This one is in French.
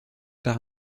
par